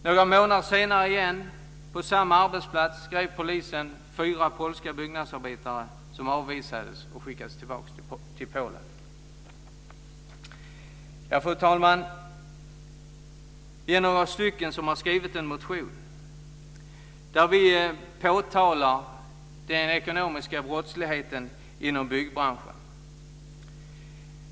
Några månader senare igen, på samma arbetsplats, grep polisen fyra polska byggnadsarbetare, som avvisades och skickades tillbaka till Polen. Fru talman! Vi är några som har väckt en motion där vi påtalar den ekonomiska brottsligheten inom byggbranschen.